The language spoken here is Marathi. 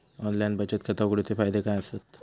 ऑनलाइन बचत खाता उघडूचे फायदे काय आसत?